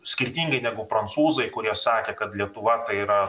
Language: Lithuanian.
skirtingai negu prancūzai kurie sakė kad lietuva yra